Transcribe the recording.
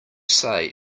say